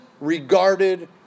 regarded